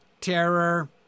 terror